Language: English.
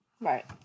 Right